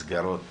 מסגרות